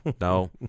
No